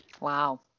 Wow